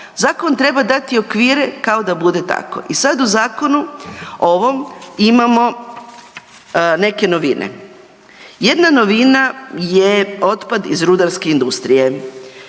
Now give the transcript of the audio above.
zakon treba dati okvire kao da bude tako. I sad u zakonu ovom imamo neke novine, jedna novina je otpad iz rudarske industrije